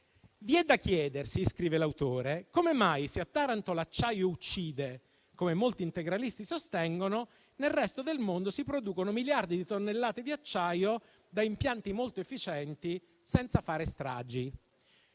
vi è da chiedersi - scrive l'autore - come mai, se a Taranto l'acciaio uccide, come molti integralisti sostengono, nel resto del mondo si producono miliardi di tonnellate di acciaio da impianti molto efficienti, senza fare stragi.